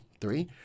three